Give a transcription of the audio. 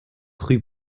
rue